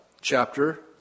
chapter